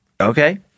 Okay